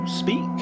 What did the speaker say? speak